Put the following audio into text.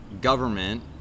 government